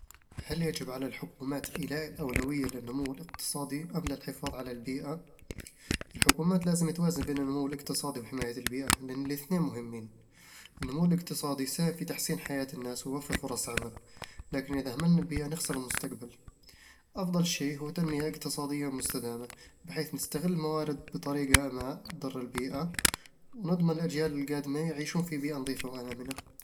هل يجب على الحكومات إيلاء الأولوية للنمو الاقتصادي أم للحفاظ على البيئة؟ الحكومات لازم توازن بين النمو الاقتصادي وحماية البيئة، لأن الاثنين مهمين النمو الاقتصادي يساهم في تحسين حياة الناس ويوفر فرص عمل، لكن إذا أهملنا البيئة، نخسر المستقبل أفضل شيء هو تنمية اقتصادية مستدامة، بحيث نستغل الموارد بطريقة ما تضر البيئة ونضمن الأجيال القادمة يعيشون في بيئة نظيفة وآمنة